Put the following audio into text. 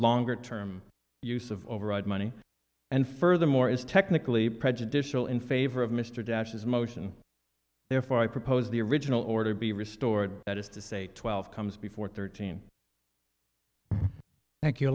longer term use of override money and furthermore is technically prejudicial in favor of mr dashes motion therefore i propose the original order be restored that is to say twelve comes before thirteen thank you